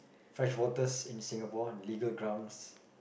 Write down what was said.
fresh waters in Singapore legal grounds